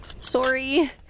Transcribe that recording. Sorry